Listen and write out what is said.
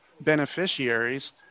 beneficiaries